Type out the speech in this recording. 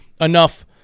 enough